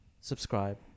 Subscribe